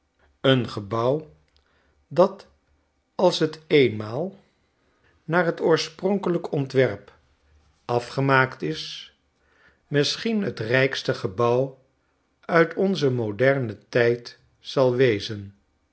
een gebouw dat als t eenmaal naar t oorspronkelijk ontwerp afgemaakt is misschien het rykste gebouw uitonzen modern en tijd zal wezen